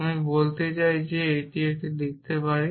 আমি বলতে চাই যে আমরা এটি লিখতে পারি